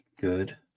Good